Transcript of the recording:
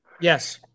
yes